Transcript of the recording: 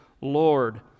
Lord